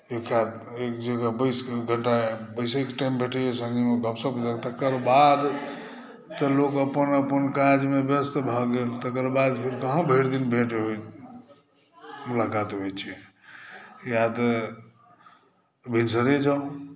एक जगह बैस कऽ एक घण्टा बैसकऽ जतेक टाइम भेटल सङ्गी सभ बैसकऽ गप सप केलहुँ तकर बाद तऽ लोक अपन अपन काजमे व्यस्त भऽ गेल तकर बाद कहाँ भरि दिन मुलाकात होइ छै या तऽ भिनसरे जाउ